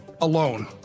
alone